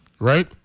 right